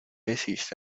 decidiste